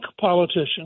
politician